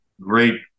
great